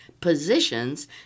positions